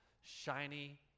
shiny